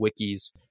wikis